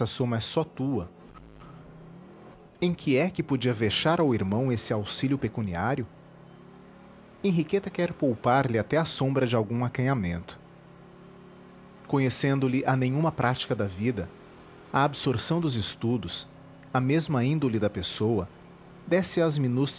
soma é só tua em que é que podia vexar ao irmão esse auxílio pecuniário henriqueta quer poupar lhe até a sombra de algum acanhamento conhecendo lhe a nenhuma prática da vida a absorção dos estudos a mesma índole da pessoa desce às